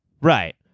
Right